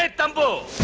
ah thambu,